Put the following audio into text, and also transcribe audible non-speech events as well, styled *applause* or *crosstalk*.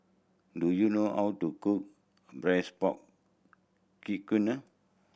do you know how to cook braised pork *unintelligible*